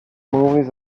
movies